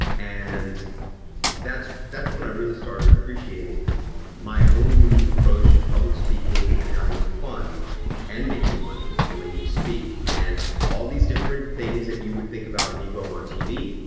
and that's that's when i really start ah appreciating my own unique approach to public speaking and having fun and making money when you speak. and all these different things that you would think about when you go on t v.